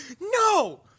No